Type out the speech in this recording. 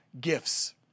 Gifts